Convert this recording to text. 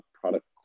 Product